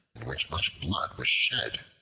in which much blood was shed.